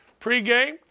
pregame